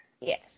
Yes